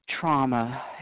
trauma